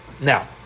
Now